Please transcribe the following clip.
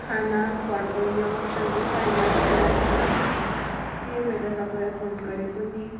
खाना फर्काउने अप्सन त छ होइन तपाईँहरूकोमा त्यही भएर तपाईँलाई फोन गरेको नि